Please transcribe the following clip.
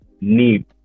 need